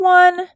one